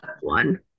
one